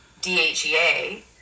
DHEA